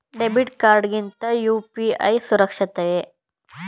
Debit card ಗಿಂತ UPI ಸುರಕ್ಷಿತವೇ?